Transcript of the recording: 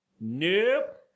Nope